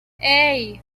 hey